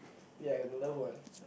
ya you got to love one